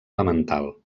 elemental